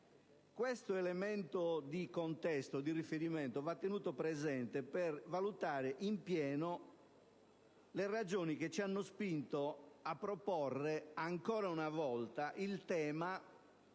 Questo contesto di riferimento va tenuto presente per valutare appieno le ragioni che ci hanno spinto a proporre ancora una volta il tema